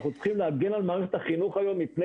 אנחנו צריכים להגן על מערכת החינוך היום מפני